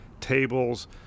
tables